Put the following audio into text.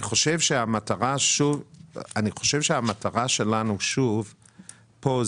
אני חושב שכאן שוב המטרה שלנו היא כדי